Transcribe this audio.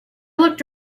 looked